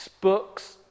books